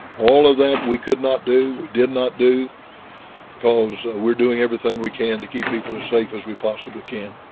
all of that we could not do, we did not do cause we're doing everything we can to keep people as safe as we possibly can.